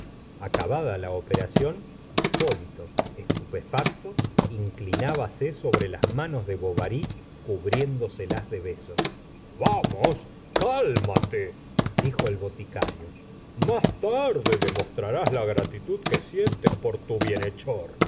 acabada la operación hipólito estupefacto inclinábase sobre las manos de bovary cubriéndoselas de besos vamos cálmate dijo el boticario más tarde demostrarás la gratitud que sientes por tu